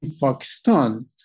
Pakistan